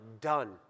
done